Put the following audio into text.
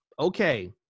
okay